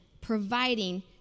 providing